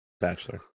Bachelor